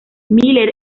miller